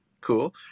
Cool